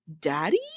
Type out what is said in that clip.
daddy